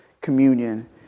communion